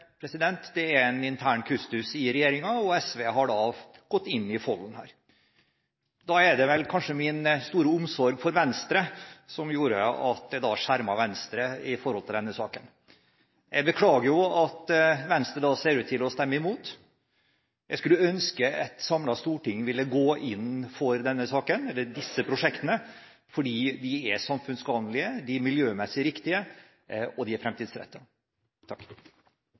gått inn i folden her. Da er det kanskje min store omsorg for Venstre som gjorde at jeg skjermet Venstre i denne saken. Jeg beklager at Venstre ser ut til å stemme imot. Jeg skulle ønske et samlet storting ville gå inn for denne saken eller disse prosjektene, fordi de er samfunnsgagnlige, de er miljømessig riktige, og de er